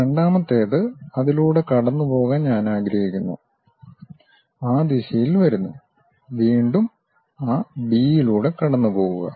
രണ്ടാമത്തേത് അതിലൂടെ കടന്നുപോകാൻ ഞാൻ ആഗ്രഹിക്കുന്നു ആ ദിശയിൽ വരുന്നു വീണ്ടും ആ ബിയിലൂടെ കടന്നുപോകുക